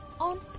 on